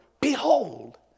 behold